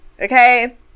Okay